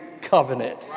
covenant